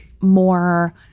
more